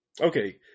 Okay